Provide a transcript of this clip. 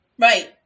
right